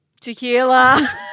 tequila